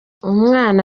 umwana